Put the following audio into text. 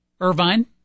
Irvine